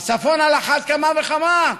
בצפון על אחת כמה וכמה.